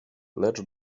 lecz